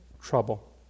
trouble